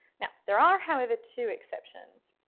now there are however two exceptions.